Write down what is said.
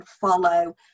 follow